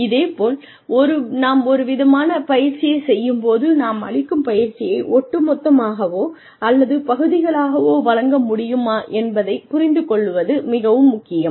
இதேபோல் நாம் ஒருவிதமான பயிற்சியைச் செய்யும்போது நாம் அளிக்கும் பயிற்சியை ஒட்டுமொத்தமாகவோ அல்லது பகுதிகளாகவோ வழங்க முடியுமா என்பதைப் புரிந்துகொள்வது மிகவும் முக்கியம்